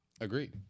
Agreed